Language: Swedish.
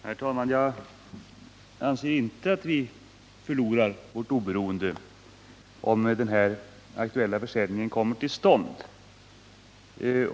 Herr talman! Jag anser inte att vi förlorar vårt oberoende, om den här aktuella försäljningen kommer till stånd.